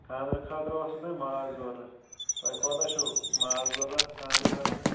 خانٛدرٕ خٲطرٕ اوسوٕ تۄہہِ ماز ضروٗرت تۄہہِ کوتاہ چھُ ماز ضروٗرت خانٛدرٕ خٲطرٕ